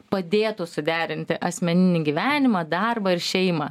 padėtų suderinti asmeninį gyvenimą darbą ir šeimą